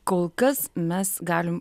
kol kas mes galim